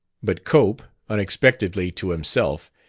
but cope, unexpectedly to himself,